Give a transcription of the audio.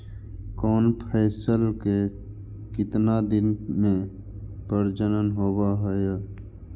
कौन फैसल के कितना दिन मे परजनन होब हय?